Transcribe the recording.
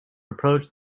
approach